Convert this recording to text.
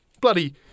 bloody